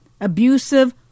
abusive